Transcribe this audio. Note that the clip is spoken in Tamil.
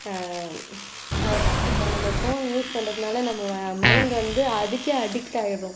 அது இப்போ நம்ம ஃபோன் யூஸ் பண்றதுனால நம்ம மைண்டு வந்து அதுக்கே அடிக்ட் ஆயிட்றோம்